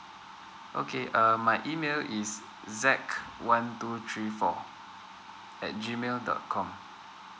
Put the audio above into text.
okay um my email is zack one two three four at G mail dot com